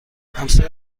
همسایه